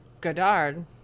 Godard